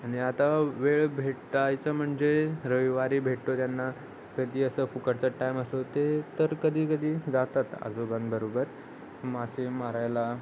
आणि आता वेळ भेटायचं म्हणजे रविवारी भेटतो त्यांना कधी असं फुकटचं टाईम असतो ते तर कधी कधी जातात आजोबाांबरोबर मासे मारायला